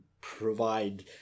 provide